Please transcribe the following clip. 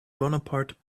bonaparte